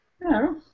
No